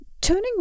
Turning